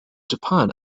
japan